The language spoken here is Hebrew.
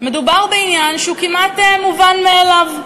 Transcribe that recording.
מדובר בעניין שהוא כמעט מובן מאליו.